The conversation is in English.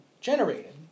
generated